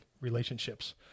relationships